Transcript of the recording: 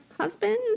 husband